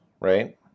right